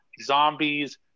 zombies